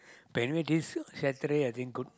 but you know this Saturday I think good